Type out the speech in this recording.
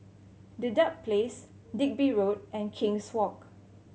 Dedap Place Digby Road and King's Walk